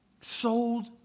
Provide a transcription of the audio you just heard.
sold